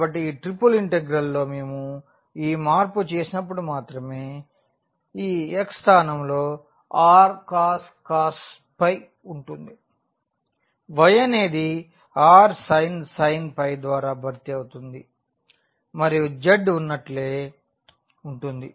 కాబట్టి ఈ ట్రిపుల్ ఇంటిగ్రల్లో మేము ఈ మార్పు చేసినప్పుడు మాత్రమే ఈ x స్థానంలో rcos ఉంటుంది Y అనేది rsin ద్వారా భర్తీ అవుతుంది మరియు z ఉన్నట్లే ఉంటుంది